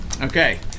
okay